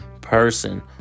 person